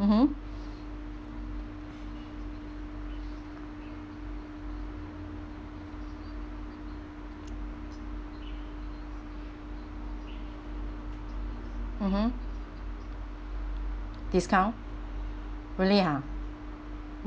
mmhmm mmhmm discount really ha